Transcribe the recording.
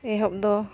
ᱮᱦᱚᱵ ᱫᱚ